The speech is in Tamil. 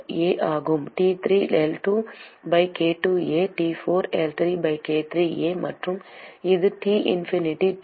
T3 L2 by k2A T4 L3 by k3A மற்றும் இது T இன்ஃபினிட்டி 2